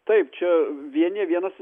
taip čia vieni vienos